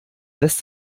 lässt